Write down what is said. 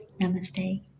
Namaste